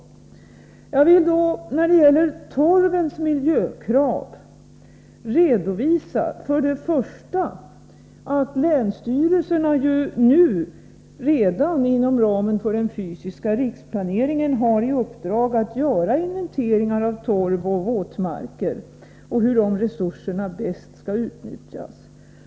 När det gäller miljökraven för torv vill jag redovisa för det första att länsstyrelserna ju redan inom ramen för den fysiska riksplaneringen nu har i uppdrag att göra inventeringar av torvoch våtmarker och hur de resurserna bäst skall utnyttjas.